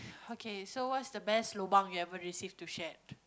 okay so what's the best lobang you ever received to shared